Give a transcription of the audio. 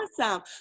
awesome